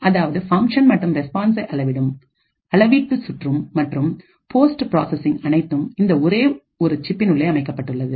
அதாவது பங்க்ஷன் மற்றும் ரெஸ்பான்ஸை அளவிடும் அளவீட்டு சுற்றும் மற்றும் போஸ்ட் புரோசெசிங் அனைத்தும் இந்த ஒரே ஒரு சிப்பின் உள்ளே அமைக்கப்பட்டுள்ளது